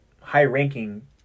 high-ranking